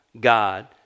God